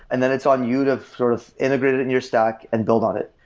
and then it's on you to sort of integrate it in your stack and build on it.